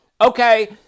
okay